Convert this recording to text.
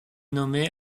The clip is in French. nommée